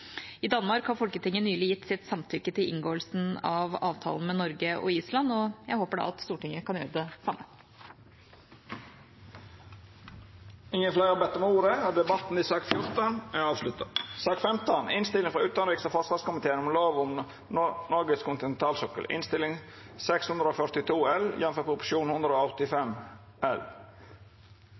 I Danmark har Folketinget nylig gitt sitt samtykke til inngåelsen av avtalen med Norge og Island, og jeg håper da at Stortinget kan gjøre det samme. Fleire har ikkje bedt om ordet til sak nr. 14. Etter ynske frå utanriks- og forsvarskomiteen vil presidenten ordna debatten slik: 3 minutt til kvar partigruppe og